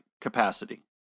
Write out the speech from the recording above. capacity